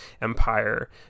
empire